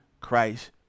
christ